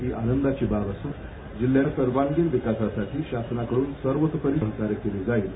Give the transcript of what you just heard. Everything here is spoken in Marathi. ही आनंदाची बाब असून जिल्ह्याच्या सर्वांगीण विकासासाठी शासनाकड्रन सर्वोत्तोपरी सहकार्य केलं जाईल